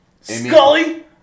Scully